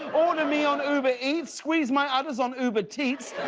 order me on uber eats. squeeze my udders on uber teats.